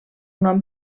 nom